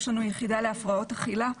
יש לנו יחידה להפרעות אכילה.